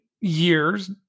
years